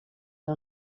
era